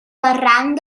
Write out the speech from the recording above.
barranc